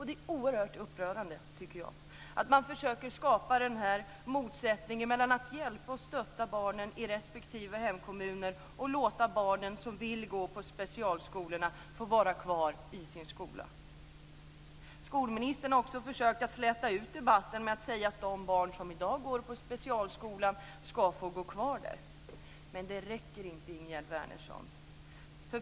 Det är oerhört upprörande att man försöker att skapa en motsättning mellan att hjälpa och stötta barnen i respektive hemkommuner och att låta de barn som vill gå på specialskolorna få vara kvar i de skolorna. Skolministern har också försökt att släta ut debatten genom att säga att de barn som i dag går i specialskolor ska få gå kvar där. Men det räcker inte, Ingegerd Wärnersson.